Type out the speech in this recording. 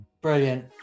Brilliant